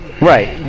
Right